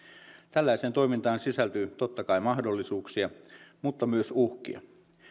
tällaiseen toimintaan sisältyy totta kai mahdollisuuksia mutta myös uhkia